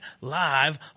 live